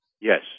Yes